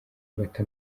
bati